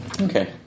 Okay